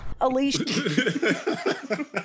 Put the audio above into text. Alicia